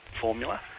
formula